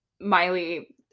miley